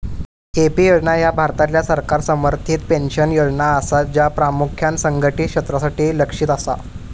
AP योजना ह्या भारतातल्या सरकार समर्थित पेन्शन योजना असा, ज्या प्रामुख्यान असंघटित क्षेत्रासाठी लक्ष्यित असा